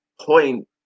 point